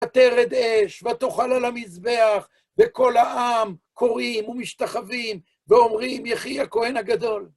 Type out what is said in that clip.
התרד אש, ותאכל על המזבח, וכל העם קוראים ומשתחווים ואומרים, יחי הכהן הגדול.